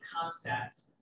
concept